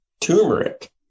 turmeric